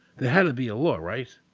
there had to be a law, right?